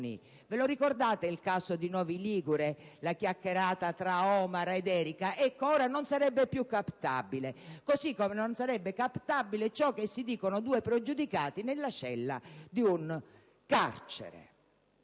Ricordate il caso di Novi Ligure? La chiacchierata tra Omar ed Erika? Ecco, ora non sarebbe più captabile, così come non sarebbe captabile ciò che si dicono due pregiudicati nella cella di un carcere.